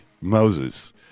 Moses